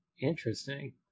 Interesting